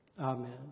Amen